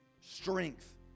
strength